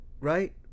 right